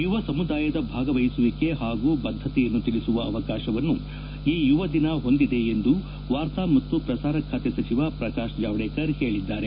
ಯುವ ಸಮುದಾಯದ ಭಾಗವಹಿಸುವಿಕೆ ಹಾಗೂ ಬದ್ದತೆಯನ್ನು ತಿಳಿಸುವ ಅವಕಾಶವನ್ನು ಈ ಯುವ ದಿನ ಹೊಂದಿದೆ ಎಂದು ವಾರ್ತಾ ಮತ್ತು ಪ್ರಸಾರ ಖಾತೆ ಸಚಿವ ಪ್ರಕಾಶ್ ಜಾವಡೇಕರ್ ಹೇಳಿದ್ದಾರೆ